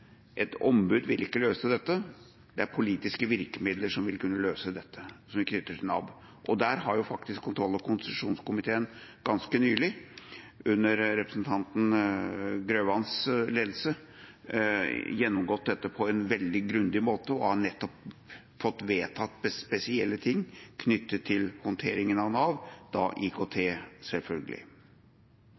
et ombud vil ikke løse dette. Det er politiske virkemidler som vil kunne løse det som er knyttet til Nav. Kontroll- og konstitusjonskomiteen har ganske nylig, under representanten Grøvans ledelse, gjennomgått dette på en veldig grundig måte, og har nettopp fått vedtatt spesielle ting knyttet til håndteringen av Nav, og da IKT, selvfølgelig.